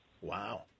Wow